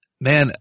Man